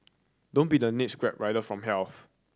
don't be the next Grab rider from hells